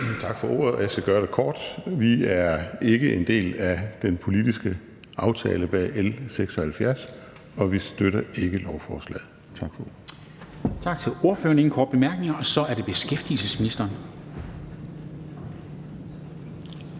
det kort: Vi er ikke en del af den politiske aftale bag L 76, og vi støtter ikke lovforslaget.